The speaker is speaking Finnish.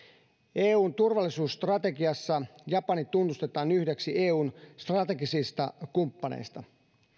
eun turvallisuusstrategiassa japani tunnustetaan yhdeksi eun strategisista kumppaneista